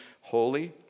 holy